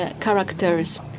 characters